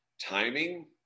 timing